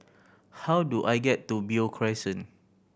how do I get to Beo Crescent